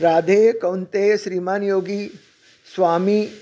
Radheya Kaunteya Shriman Yogi Swami